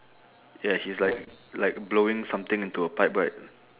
yeah he's like like blowing something into a pipe right